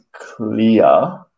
clear